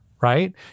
Right